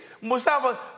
Mustafa